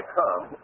come